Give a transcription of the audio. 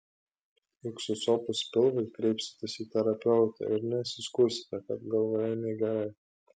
juk susopus pilvui kreipsitės į terapeutą ir nesiskųsite kad galvoje negerai